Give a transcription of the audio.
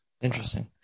Interesting